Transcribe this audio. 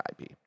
IP